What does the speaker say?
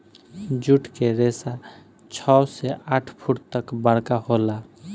जुट के रेसा छव से आठ फुट तक बरका होला